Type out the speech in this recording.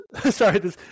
Sorry